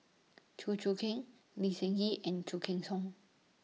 Chew Choo Keng Lee Seng Gee and Khoo Cheng Tiong